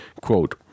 quote